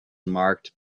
marked